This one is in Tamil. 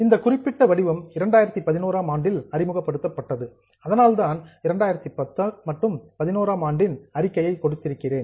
இந்த குறிப்பிட்ட வடிவம் 2011 ஆம் ஆண்டில் அறிமுகப்படுத்தப்பட்டது அதனால்தான் 2010 மற்றும் 2011 ஆண்டின் அறிக்கையை கொடுத்திருக்கிறேன்